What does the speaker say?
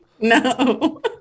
no